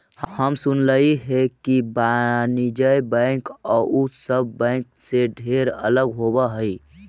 हम सुनलियई हे कि वाणिज्य बैंक आउ सब बैंक से ढेर अलग होब हई